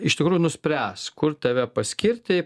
iš tikrųjų nuspręs kur tave paskirti